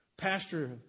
Pastor